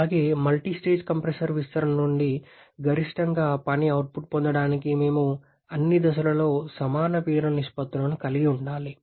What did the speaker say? అలాగే multistage compressor విస్తరణ నుండి గరిష్టంగా పని అవుట్పుట్ పొందడానికి మేము అన్ని దశలలో సమాన పీడన నిష్పత్తులను కలిగి ఉండాలి